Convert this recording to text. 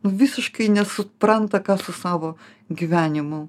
visiškai nesupranta ką su savo gyvenimu